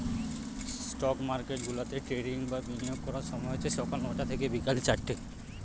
stock market গুলাতে trading বা বিনিয়োগ করার সময় হচ্ছে সকাল নটা থেকে বিকেল চারটে